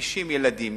מכפישים ילדים.